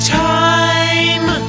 time